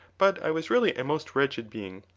but i was really a most wretched being,